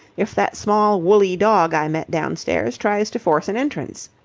if that small woolly dog i met downstairs tries to force an entrance.